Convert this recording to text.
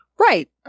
Right